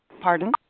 pardon